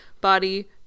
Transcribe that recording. body